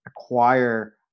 acquire